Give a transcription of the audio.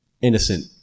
Innocent